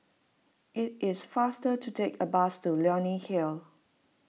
it is faster to take a bus to Leonie Hill